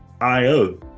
IO